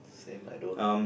same I don't